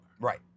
Right